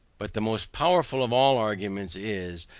but the most powerful of all arguments, is,